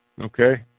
okay